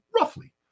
roughly